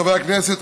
חברי הכנסת,